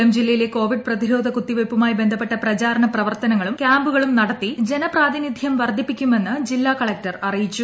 കൊല്ലം ജില്ലയിലെ കോവിഡ് പ്രതിരോധ കുത്തിവയ്പ്പുമായി ബന്ധപ്പെട്ട പ്രചാരണ പ്രവർത്തനങ്ങളും ക്യാമ്പുകളും നടത്തി ജന പ്രാതിനിധൃം വർധിപ്പിക്കുമെന്ന് ജില്ലാ കളക്ടർ അറിയിച്ചു